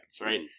right